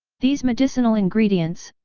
these medicinal ingredients,